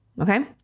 Okay